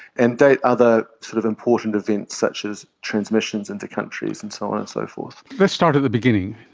and date other sort of important events such as transmissions into countries and so on and so forth. let's start at the beginning.